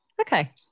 Okay